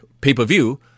pay-per-view